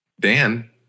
Dan